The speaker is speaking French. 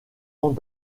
ans